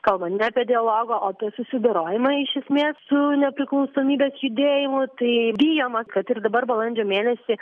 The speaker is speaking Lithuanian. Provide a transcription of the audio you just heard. kalba ne apie dialogą o apie susidorojimą iš esmės su nepriklausomybės judėjimu taip bijoma kad ir dabar balandžio mėnesį